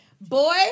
Boy